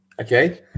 okay